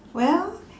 well